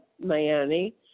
Miami